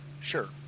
sure